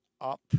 up